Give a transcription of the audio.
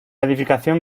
edificación